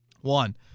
One